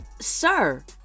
sir